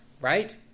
right